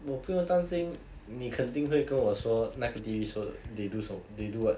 我不用担心你肯定会跟我说那个 T_V show they do so they do what